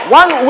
one